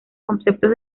conceptos